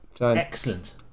Excellent